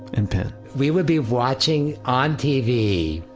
and pin we would be watching on tv,